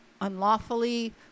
unlawfully